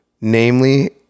Namely